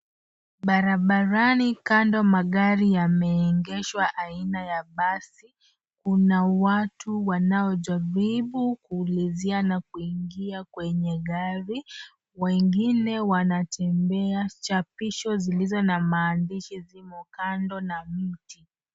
Barabarani kando magari yameegeshwa aina ya basi. Kuna watu wanaojaribu kuulizia na kuingia kwenye gari, wengine wanatembea. Chapisho zilizo na maandishi zimo kando na mti.